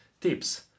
tips